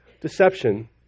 deception